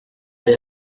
ari